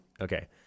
okay